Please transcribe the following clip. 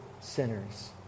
sinners